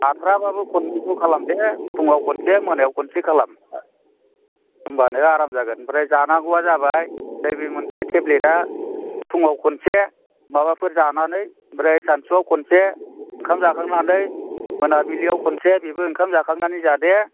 हाथाराबाबो खननैखौ खालाम दे फुङाव खनसे मोनायाव खनसे खालाम होनबानो आराम जागोन ओमफ्राय जानांगौआ जाबाय नैबे मोनसे टेब्लेटआ फुङाव खनसे माबाफोर जानानै ओमफ्राय सानसुआव खनसे ओंखाम जाखांनानै मोनाबिलियाव खनसे बेबो ओंखाम जाखांनानै जा दे